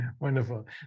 Wonderful